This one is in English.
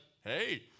hey